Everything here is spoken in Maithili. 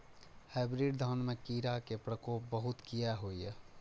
हाईब्रीड धान में कीरा के प्रकोप बहुत किया होया?